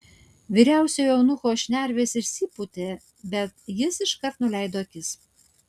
vyriausiojo eunucho šnervės išsipūtė bet jis iškart nuleido akis